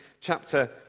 chapter